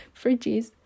fridges